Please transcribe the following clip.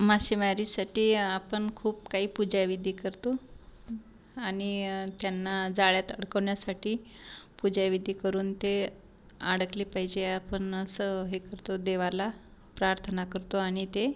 मासेमारीसाठी आपण खूप काही पूजा विधी करतो आणि त्यांना जाळ्यात अडकवण्यासाठी पूजा विधी करून ते अडकले पाहिजे आपण असं हे करतो देवाला प्रार्थना करतो आणि ते